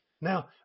Now